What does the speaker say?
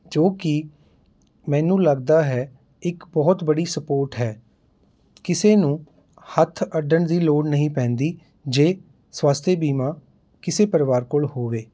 ਜੋ ਕਿ ਮੈਨੂੰ ਲੱਗਦਾ ਹੈ ਇੱਕ ਬਹੁਤ ਬੜੀ ਸਪੋਰਟ ਹੈ ਕਿਸੇ ਨੂੰ ਹੱਥ ਅੱਡਣ ਦੀ ਲੋੜ ਨਹੀਂ ਪੈਂਦੀ ਜੇ ਸਵਸਥੇ ਬੀਮਾ ਕਿਸੇ ਪਰਿਵਾਰ ਕੋਲ ਹੋਵੇ